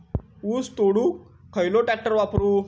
ऊस तोडुक खयलो ट्रॅक्टर वापरू?